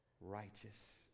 righteous